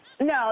No